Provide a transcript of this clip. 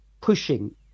pushing